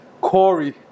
Corey